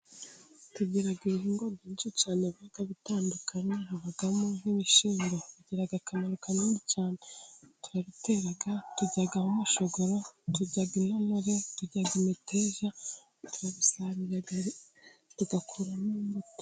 Tugira ibihingwa byinshi cyane biba bitandukanye, habamo nk'ibishyimbo, bigira akamaro kanini cyane, turabitera turyamo agahashogoro, turya intonore, turya imiteja, turabisarura tugakuramo imbuto.